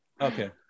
Okay